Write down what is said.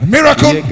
Miracle